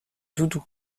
doudou